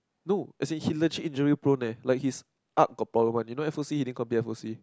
no as in he legit injury prone leh like his arch got problem one you know F_O_C he din complete F_O_C